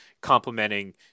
complementing